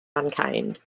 mankind